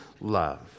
love